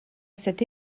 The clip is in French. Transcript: cette